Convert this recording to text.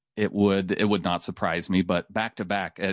it would it would not surprise me. but back to back,